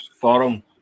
forum